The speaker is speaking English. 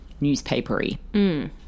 newspaper-y